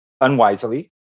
unwisely